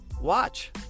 watch